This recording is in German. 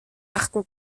achten